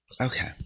Okay